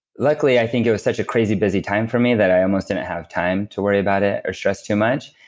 luckily i think it was such a crazy busy time for me that i almost didn't have time to worry about it or stress too much.